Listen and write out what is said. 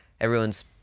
Everyone's